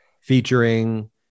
featuring